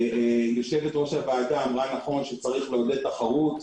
יושבת-ראש הוועדה אמרה נכון, שצריך לעודד תחרות,